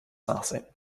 nachsehen